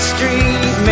Street